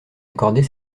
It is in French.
accorder